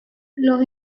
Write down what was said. los